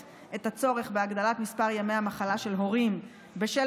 את הצורך בהגדלת מספר ימי המחלה של הורים בשל